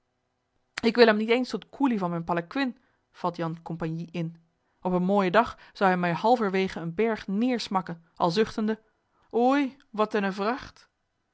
ik wil hem niet eens tot koelie van mijn palanquin valt jan compagnie in op een mooijen dag zou hij mij halverwege een berg neêrsmakken al zuchtende oei wat eene vracht